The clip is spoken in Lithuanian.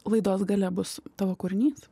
laidos gale bus tavo kūrinys